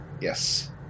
yes